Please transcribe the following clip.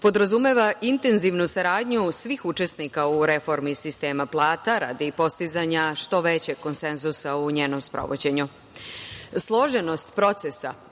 podrazumeva intenzivnu saradnju svih učesnika u reformi sistema plata radi postizanja što većeg konsenzusa u njenom sprovođenju. Složenost procesa